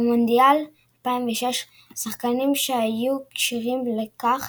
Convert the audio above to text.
במונדיאל 2006 השחקנים שהיו כשירים לכך